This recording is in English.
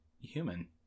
human